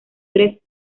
tres